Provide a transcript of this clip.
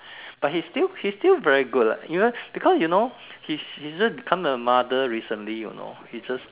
but he's still he's still very good lah even because you know he's she's just become a mother recently you know he just